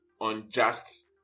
unjust